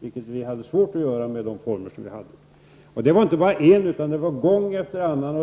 Det hade vi svårt att göra i de former som vi arbetad. Detta hände inte vid ett enstaka tillfälle utan gång efter annan.